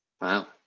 Wow